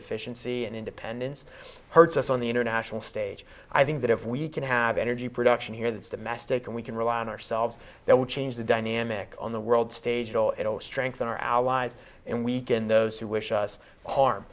efficiency and independence hurts us on the international stage i think that if we i have energy production here that is domestic and we can rely on ourselves that will change the dynamic on the world stage will it will strengthen our allies and weaken those who wish us harm